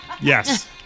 Yes